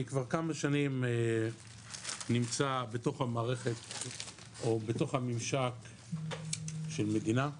אני כבר כמה שנים נמצא בתוך המערכת או בתוך הממשק של מדינה,